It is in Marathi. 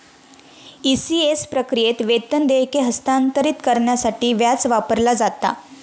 ई.सी.एस प्रक्रियेत, वेतन देयके हस्तांतरित करण्यासाठी व्याज वापरला जाता